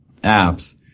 apps